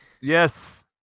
Yes